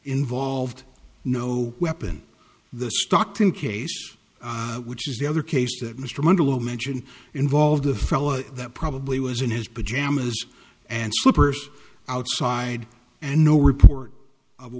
involved no weapon the stockton case which is the other case that mr munder will mention involve the fella that probably was in his pajamas and slippers outside and no report of a